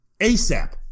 ASAP